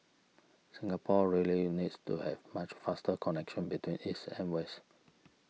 Singapore really needs to have much faster connection between east and west